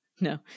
No